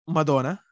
Madonna